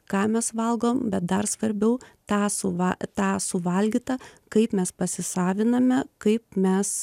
ką mes valgom bet dar svarbiau tą suva tą suvalgytą kaip mes pasisaviname kaip mes